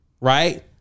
Right